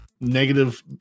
negative